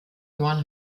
johann